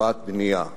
הקפאת בנייה.